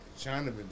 China